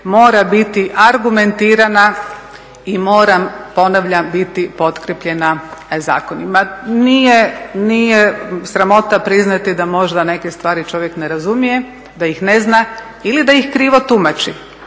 mora biti argumentirana i mora, ponavljam, biti potkrepljena zakonima. Nije sramota priznati da možda neke stvari čovjek ne razumije, da ih ne zna ili da ih krivo tumači